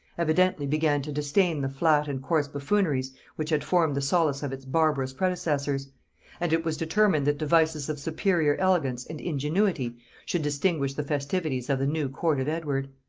evidently began to disdain the flat and coarse buffooneries which had formed the solace of its barbarous predecessors and it was determined that devices of superior elegance and ingenuity should distinguish the festivities of the new court of edward.